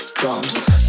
drums